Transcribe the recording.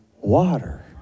water